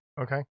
Okay